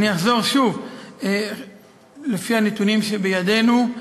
אני אחזור: לפי הנתונים שבידינו,